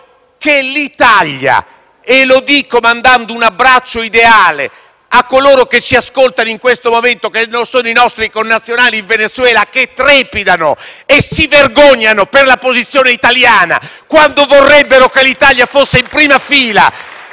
l'Italia, e lo dico mandando un abbraccio ideale a coloro che ci ascoltano in questo momento, che sono i nostri connazionali in Venezuela, che trepidano e si vergognano per la posizione italiana, quando vorrebbero che l'Italia fosse in prima fila.